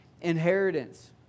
inheritance